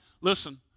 listen